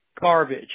garbage